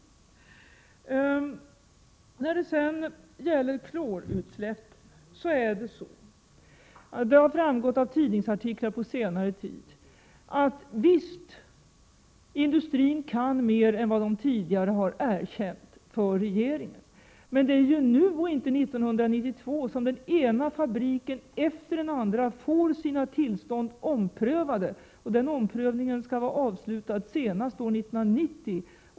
Vidare är det så när det gäller klorutsläpp att det har framgått av tidningsartiklar på senare tid att industrin kan mer än vad den tidigare har erkänt för regeringen. Det är emellertid nu och inte 1992 som den ena fabriken efter den andra får sina tillstånd omprövade. Den omprövningen skall vara avslutad senast år 1990.